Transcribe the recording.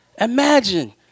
Imagine